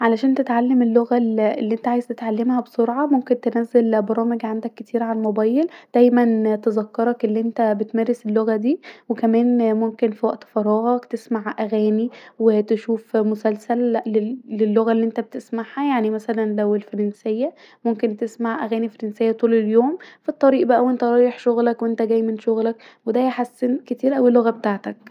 علشان تتعلم اللغه الي انت عايز تتعلمها بسرعه ممكن تنزل برامج عندك كتير علي الموبايل دايما تذكرك الي انت بتمارس اللغه ديه وكمان ممكن في وقت فراغك اسمه اغاني وتشوف مسلسل للل للغه الي انت بتسمعها يعني مثلا لو الفرنسه ممكن تسمع اغاني فرنسيه طول اليوم في الطريق بقي وانت رايح شغلك وانت جاي من شغلك ودا يحسن كتير اوي اللغه بتاعتك